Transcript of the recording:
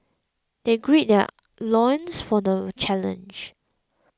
they gird their loins for the challenge